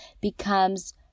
becomes